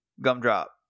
Gumdrop